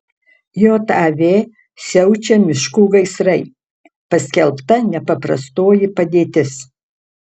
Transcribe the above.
jav siaučia miškų gaisrai paskelbta nepaprastoji padėtis